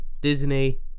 Disney